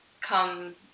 come